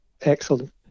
Excellent